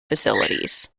facilities